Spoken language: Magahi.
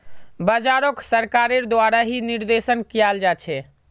बाजारोक सरकारेर द्वारा ही निर्देशन कियाल जा छे